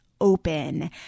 open